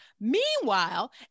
Meanwhile